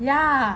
ya